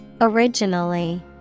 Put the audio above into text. originally